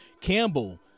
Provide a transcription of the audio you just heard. Campbell